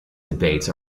debates